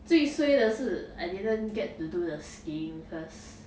最 suay 的事 I didn't get to do the skiing cause